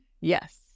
Yes